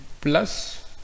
plus